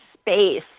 space